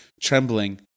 trembling